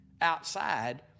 outside